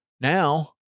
now